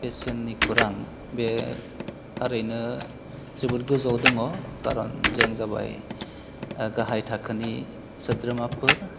बेसेननि खुरां बे थारैनो जोबोद गोजौवाव दङ कारन जों जाबाय गाहाय थाखोनि सोद्रोमाफोर